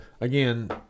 again